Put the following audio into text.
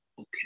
okay